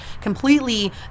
completely